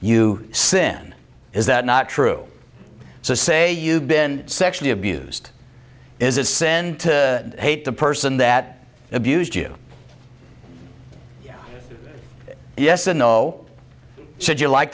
you sin is that not true so say you've been sexually abused is it send to hate the person that abused you yes and no should you like